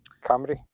comedy